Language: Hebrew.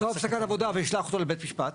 הפסקת עבודה ואשלח אותו לבית משפט,